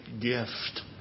gift